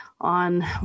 on